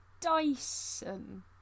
Dyson